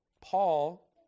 Paul